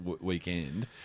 weekend